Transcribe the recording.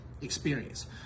experience